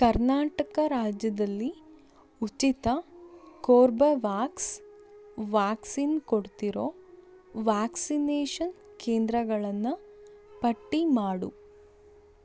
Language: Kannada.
ಕರ್ನಾಟಕ ರಾಜ್ಯದಲ್ಲಿ ಉಚಿತ ಕೋರ್ಬ ವ್ಯಾಕ್ಸ್ ವ್ಯಾಕ್ಸಿನ್ ಕೊಡ್ತಿರೋ ವ್ಯಾಕ್ಸಿನೇಷನ್ ಕೇಂದ್ರಗಳನ್ನು ಪಟ್ಟಿ ಮಾಡು